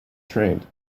trained